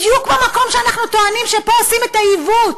בדיוק במקום שאנחנו טוענים שפה עושים את העיוות,